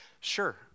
Sure